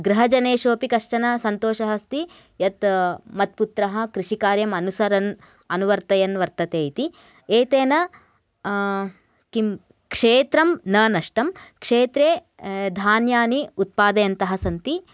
गृहजनेषु अपि कश्चन सन्तोषः अस्ति यत् मत्पुत्रः कृषिकार्यम् अनुसरन् अनुवर्तयन् वर्तते इति एतेन किं क्षेत्रं न नष्टं क्षेत्रे धान्यानि उत्पादयन्तः सन्ति